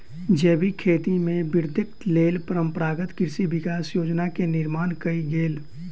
जैविक खेती में वृद्धिक लेल परंपरागत कृषि विकास योजना के निर्माण कयल गेल